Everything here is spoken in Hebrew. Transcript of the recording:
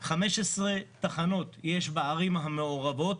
15 תחנות יש בערים המעורבות.